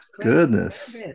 goodness